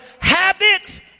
habits